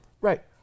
Right